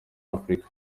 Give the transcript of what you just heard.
afurika